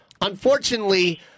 Unfortunately